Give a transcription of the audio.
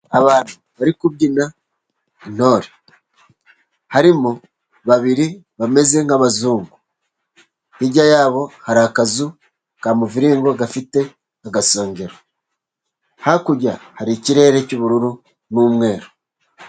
Abantu bari kubyina, intore. Harimo babiri bameze nk'abazungu. Hirya yabo hari akazu ka muviringo, gafite agasongero, hakurya hari ikirere cy'ubururu n'umweru.